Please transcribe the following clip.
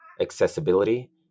accessibility